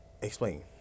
Explain